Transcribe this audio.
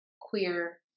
queer